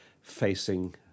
facing